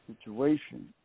situation